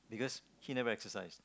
because he never exercise